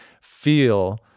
feel